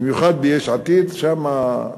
במיוחד ביש עתיד, שם.